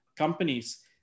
companies